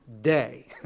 day